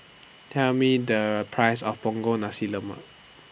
Tell Me The Price of Punggol Nasi Lemak